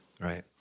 Right